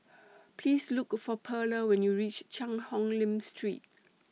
Please Look For Perla when YOU REACH Cheang Hong Lim Street